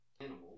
Animal